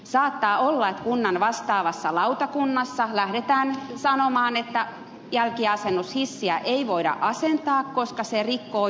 saattaa olla että kunnan vastaavassa lautakunnassa lähdetään sanomaan että jälkiasennushissiä ei voida asentaa koska se rikkoo julkisivukuvaa